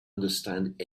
understand